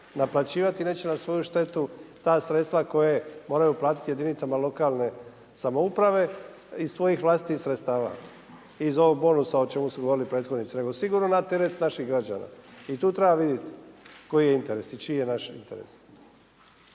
naplaćivati, neće na svoju štetu ta sredstva koje moraju platiti jedinicama lokalne samouprave iz svojih vlastitih sredstava i iz ovog bonusa o čemu su govorili prethodnici nego sigurno na teret naših građana. I tu treba vidjeti koji je interes i čiji je naš interes.